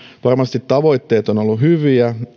varmasti tavoitteet ovat olleet hyviä